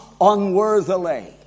unworthily